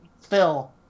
Phil